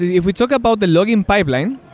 if we talk about the logging pipeline,